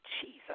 jesus